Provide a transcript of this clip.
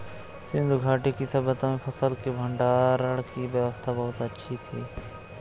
सिंधु घाटी की सभय्ता में फसल के भंडारण की व्यवस्था बहुत अच्छी थी